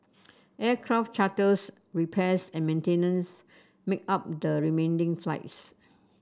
aircraft charters repairs and maintenance make up the remaining flights